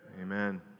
amen